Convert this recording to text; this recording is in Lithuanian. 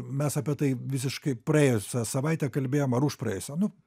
mes apie tai visiškai praėjusią savaitę kalbėjom ar užpraėjusią nu